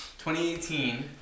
2018